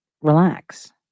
Relax